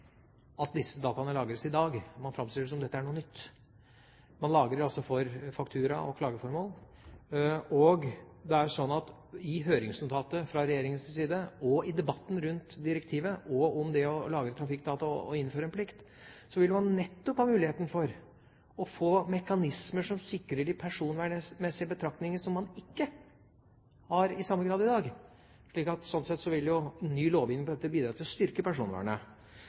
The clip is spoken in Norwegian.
at disse dataene lagres. Man framstiller det som om dette er noe nytt. Man lagrer altså for faktura- og klageformål. Det er jo slik at ut fra høringsnotatet fra regjeringas side og debatten rundt direktivet, om det å lagre trafikkdata og innføre en plikt, vil man nettopp ha muligheten for å få mekanismer som sikrer de personvernmessige betraktninger som man ikke har i samme grad i dag. Sånn sett vil jo ny lovgivning på dette området bidra til å styrke personvernet,